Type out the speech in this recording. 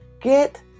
Get